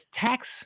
tax